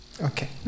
Okay